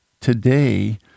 today